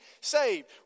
saved